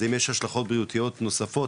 זה אם יש השלכות בריאותיות נוספות,